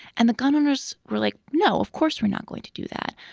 and the gun owners were like, no, of course, we're not going to do that.